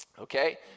Okay